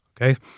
Okay